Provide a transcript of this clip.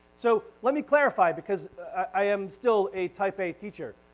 so let me clarify because i am still a type a teacher.